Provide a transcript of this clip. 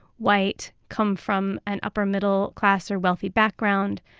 white, come from an upper middle class or wealthy background.